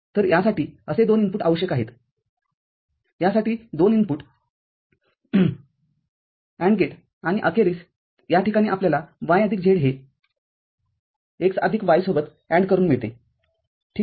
तरयासाठी असे दोन इनपुट आवश्यक आहेत यासाठी दोन इनपुट AND गेटआणिअखेरीसया ठिकाणी आपल्याला y आदिक z हे x आदिक y सोबत ANDकरून मिळते ठीक आहे